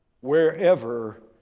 wherever